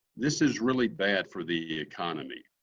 this is really bad for the economy.